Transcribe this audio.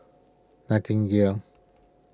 nightingale